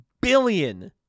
billion